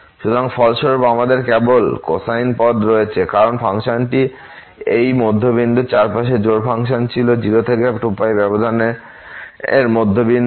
সুতরাং ফলস্বরূপ আমাদের কেবল কোসাইন পদ রয়েছে কারণ ফাংশনটি এই মধ্য বিন্দুর চারপাশে জোড় ফাংশন ছিল 0 থেকে 2π ব্যবধানের মধ্য বিন্দু